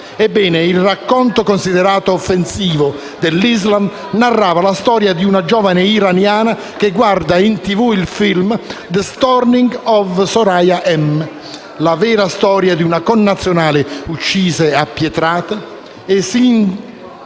Ebbene, il racconto considerato offensivo dell'islam narrava la storia di una giovane iraniana che guarda in televisione il film «The Stoning of Soraya M», la vera storia di una connazionale uccisa a pietrate, e si